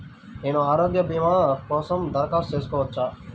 నేను ఆరోగ్య భీమా కోసం దరఖాస్తు చేయవచ్చా?